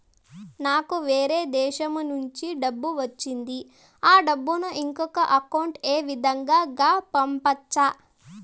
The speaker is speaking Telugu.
నాకు వేరే దేశము నుంచి డబ్బు వచ్చింది ఆ డబ్బును ఇంకొక అకౌంట్ ఏ విధంగా గ పంపొచ్చా?